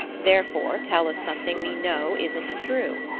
therefore, tell us something we know isn't true.